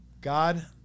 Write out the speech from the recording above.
God